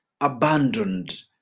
abandoned